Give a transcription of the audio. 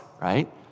right